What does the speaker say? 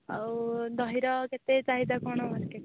ଆଉ ଦହିର କେତେ ଚାହିଦା କ'ଣ ଅଛି